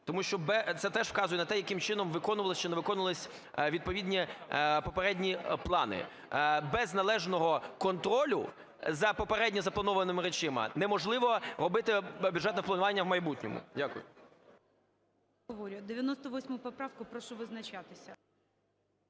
тому що це теж вказує на те, яким чином виконувались чи не виконувались відповідні попередні плани. Без належного контролю за попередньо запланованими речами неможливо робити бюджетне планування в майбутньому. Дякую. ГОЛОВУЮЧИЙ. …98 поправку, прошу визначатися.